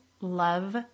love